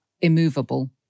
immovable